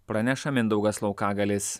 praneša mindaugas laukagalis